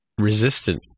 resistant